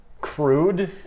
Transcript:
crude